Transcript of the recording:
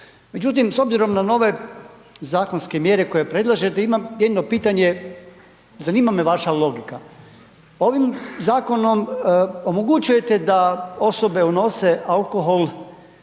Međutim, s obzirom na nove zakonske mjere koje predlažete imam jedno pitanje, zanima me vaša logika. Ovim zakonom omogućujete da osobe unose alkohol